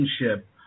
relationship